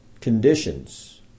conditions